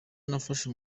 nafashe